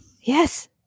yes